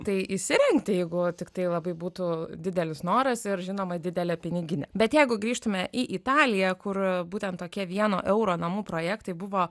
tai įsirengti jeigu tiktai labai būtų didelis noras ir žinoma didelė piniginė bet jeigu grįžtume į italiją kur būtent tokie vieno euro namų projektai buvo